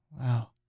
Wow